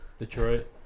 Detroit